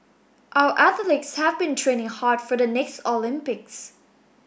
our athletes have been training hard for the next Olympics